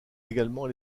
également